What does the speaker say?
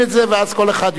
ואז כל אחד יודע.